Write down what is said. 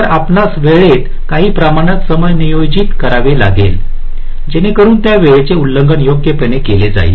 तर आपणास वेळेत काही प्रमाणात समायोजित करावे लागेल जेणेकरुन त्या वेळेचे उल्लंघन योग्यपणे केले जाईल